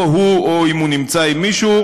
או הוא או אם הוא נמצא עם מישהו,